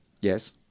Yes